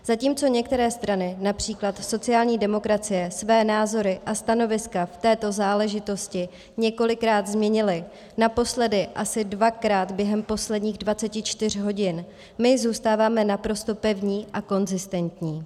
Zatímco některé strany, například sociální demokracie, své názory a stanoviska v této záležitosti několikrát změnily, naposledy asi dvakrát během posledních 24 hodin, my zůstáváme naprosto pevní a konzistentní.